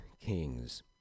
Kings